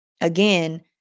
Again